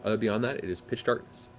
ah beyond that it is pitch darkness.